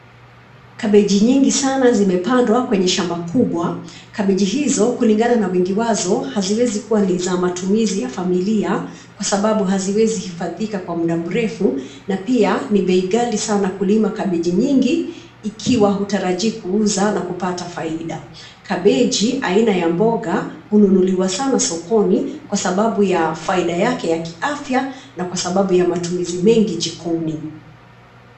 Kabeji nyingi sana zimepandwa kwenye shamba kubwa. Kabeji hizo kulingana na wingi wazo, haziwezi kuwa ni za matumizi ya familia, kwa sababu haziwezi hifadhika kwa muda mrefu na pia ni bei ghali sana kulima kabeji nyingi, ikiwa hutarajii kuuza na kupata faida. Kabeji aina ya mboga, hununuliwa sana sokoni, kwa sababu ya faida yake ya kiafya na kwa sababu ya matumizi mengi jikoni.